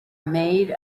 made